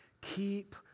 Keep